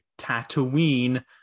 tatooine